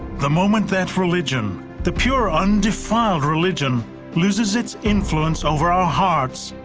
the moment that religion, the pure undefiled religion loses its influence over our hearts,